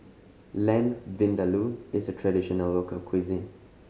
Lamb Vindaloo is a traditional local cuisine